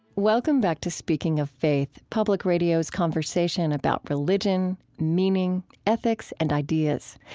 welcome back to speaking of faith, public radio's conversation about religion, meaning, ethics, and ideas.